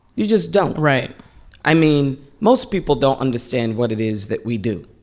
you just don't right i mean, most people don't understand what it is that we do.